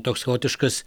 toks chaotiškas